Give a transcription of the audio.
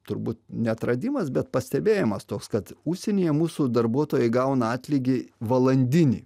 turbūt ne atradimas bet pastebėjimas toks kad užsienyje mūsų darbuotojai gauna atlygį valandinį